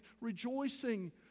rejoicing